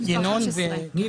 בסעיף 28א בפסקה (1), במקומה